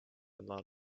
lot